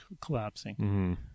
collapsing